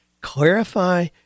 clarify